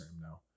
now